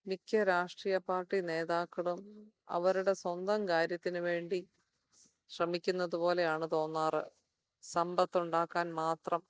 മിക്ക രാഷ്ട്രീയ പാർട്ടി നേതാക്കളും അവരുടെ സ്വന്തം കാര്യത്തിന് വേണ്ടി ശ്രമിക്കുന്നത് പോലെയാണ് തോന്നാറ് സമ്പത്തുണ്ടാക്കാൻ മാത്രം